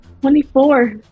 Twenty-four